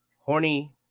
horny